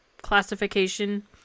classification